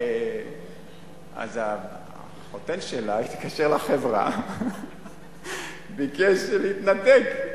החתן שלה התקשר לחברה, ביקש להתנתק.